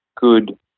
good